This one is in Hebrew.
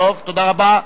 תודה רבה.